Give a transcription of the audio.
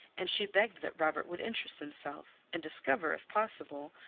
and she begged that robert would interest himself and discover, if possible,